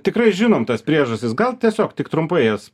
tikrai žinom tas priežastis gal tiesiog tik trumpai jas